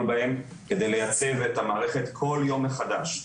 בהם כדי לייצב את המערכת כל יום מחדש.